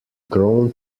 grown